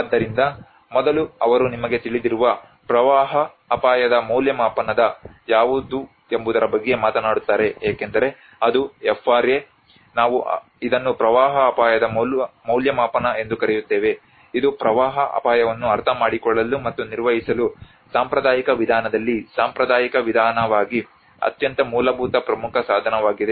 ಆದ್ದರಿಂದ ಮೊದಲು ಅವರು ನಿಮಗೆ ತಿಳಿದಿರುವ ಪ್ರವಾಹ ಅಪಾಯದ ಮೌಲ್ಯಮಾಪನ ಯಾವುದು ಎಂಬುದರ ಬಗ್ಗೆ ಮಾತನಾಡುತ್ತಾರೆ ಏಕೆಂದರೆ ಅದು FRA ನಾವು ಇದನ್ನು ಪ್ರವಾಹ ಅಪಾಯದ ಮೌಲ್ಯಮಾಪನ ಎಂದು ಕರೆಯುತ್ತೇವೆ ಇದು ಪ್ರವಾಹ ಅಪಾಯವನ್ನು ಅರ್ಥಮಾಡಿಕೊಳ್ಳಲು ಮತ್ತು ನಿರ್ವಹಿಸಲು ಸಾಂಪ್ರದಾಯಿಕ ವಿಧಾನದಲ್ಲಿ ಸಾಂಪ್ರದಾಯಿಕ ವಿಧಾನವಾಗಿ ಅತ್ಯಂತ ಮೂಲಭೂತ ಪ್ರಮುಖ ಸಾಧನವಾಗಿದೆ